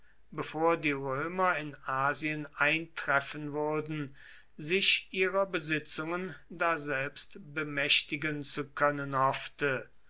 bevor die römer in asien eintreffen würden sich ihrer besitzungen daselbst bemächtigen zu können hoffte